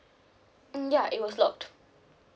mm ya it was locked